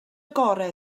gorau